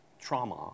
trauma